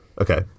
Okay